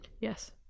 Yes